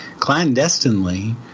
clandestinely